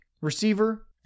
Receiver